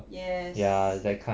yes